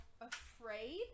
afraid